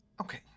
okay